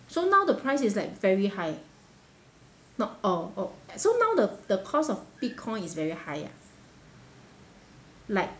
so now the price is like very high not oh oh so now the the cost of bitcoin is very high ah like